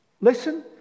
Listen